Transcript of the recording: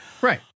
Right